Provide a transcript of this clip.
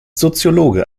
soziologe